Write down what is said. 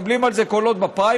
מקבלים על זה קולות בפריימריז,